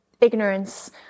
ignorance